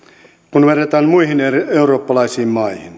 kun verrataan muihin eurooppalaisiin